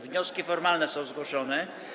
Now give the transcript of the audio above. Wnioski formalne są zgłoszone.